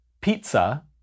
Pizza